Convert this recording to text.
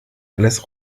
alles